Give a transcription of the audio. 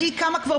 תדעי כמה כבר פתחו.